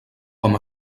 com